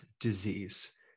disease